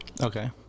Okay